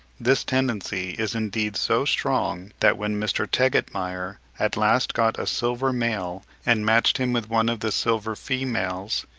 this tendency is indeed so strong that when mr. tegetmeier at last got a silver male and matched him with one of the silver females,